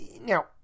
Now